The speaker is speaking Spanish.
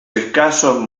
escasos